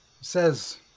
says